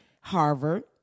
Harvard